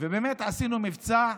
ובאמת עשינו מבצע,